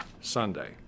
Sunday